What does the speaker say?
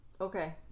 Okay